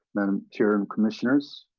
madam chair, and commissioners.